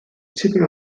tipyn